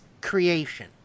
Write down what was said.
creation